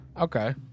Okay